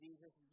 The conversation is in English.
Jesus